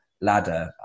ladder